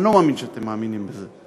אני לא מאמין שאתם מאמינים בזה.